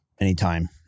anytime